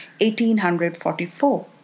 1844